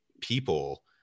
people